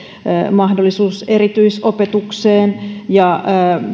mahdollisuus erityisopetukseen ja